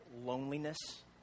loneliness